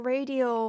Radio